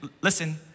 listen